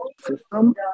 system